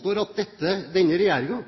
påstår at denne